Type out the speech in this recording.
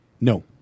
No